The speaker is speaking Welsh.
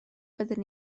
fyddwn